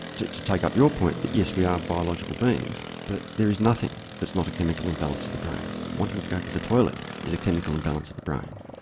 to to take up your point that yes we are biological beings, that there is nothing that's not a chemical imbalance in the brain. wanting to go to the toilet is a chemical imbalance of the brain,